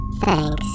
Thanks